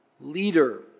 leader